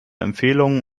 empfehlungen